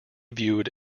viewed